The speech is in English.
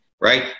right